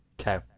Okay